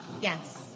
Yes